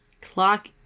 Clock